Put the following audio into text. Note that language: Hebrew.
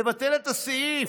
מבטל את הסעיף.